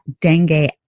dengue